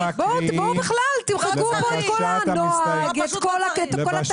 בואו בכלל תמחקו פה את כל הנוהג, את כל התקנון.